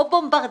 או "בומברדייה"